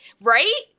Right